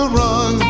run